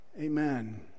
Amen